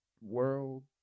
World